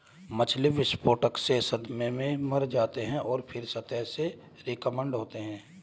मछली विस्फोट से सदमे से मारे जाते हैं और फिर सतह से स्किम्ड होते हैं